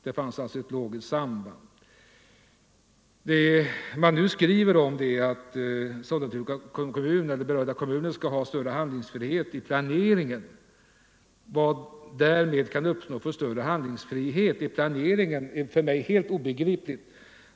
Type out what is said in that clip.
Där anförs nämligen att anstånd behövs för att den berörda kommunen skall få större frihet i planeringen. Vilken större handlingsfrihet i planeringen ett anstånd kan ge är för mig helt obegripligt.